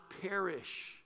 perish